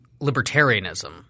libertarianism